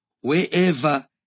wherever